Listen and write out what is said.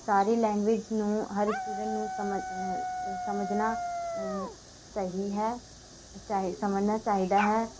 ਸਾਰੇ ਲੈਂਗੁਏਜ ਨੂੰ ਹਰ ਸਟੂਡੈਂਟ ਨੂੰ ਸਮ ਸਮਝਣਾ ਸਹੀ ਹੈ ਚਾਹੇ ਸਮਝਣਾ ਚਾਹੀਦਾ ਹੈ